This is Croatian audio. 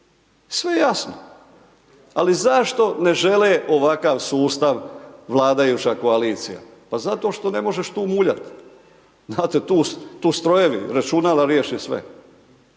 Sve jasno, ali zašto ne žele ovakav sustav vladajuća koalicija, pa zato što ne možeš tu muljat, znate tu, tu strojevi, računala riješe sve.